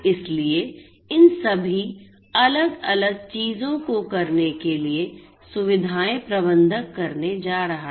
इसलिए इन सभी अलग अलग चीजों को करने के लिए सुविधाएं प्रबंधक करने जा रहा है